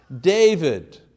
David